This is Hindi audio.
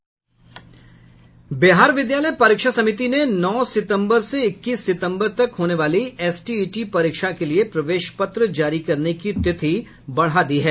बिहार विद्यालय परीक्षा समिति ने नौ सितम्बर से इक्कीस सितम्बर तक होने वाली एसटीईटी परीक्षा के लिए प्रवेश पत्र जारी करने की तिथि बढ़ा दी है